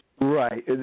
Right